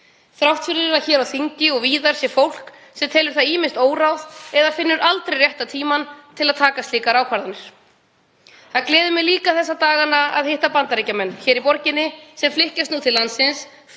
þrátt fyrir að hér á þingi og víðar sé fólk sem telur það ýmist óráð eða finnur aldrei rétta tímann til að taka slíka ákvörðun. Það gleður mig líka þessa dagana að hitta Bandaríkjamenn hér í borginni sem nú flykkjast til landsins,